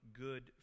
good